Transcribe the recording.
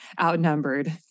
outnumbered